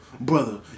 brother